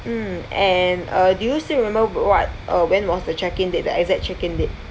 mm and uh do you still remember what uh when was the check-in date the exact check-in date